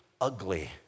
ugly